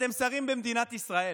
אתם שרים במדינת ישראל.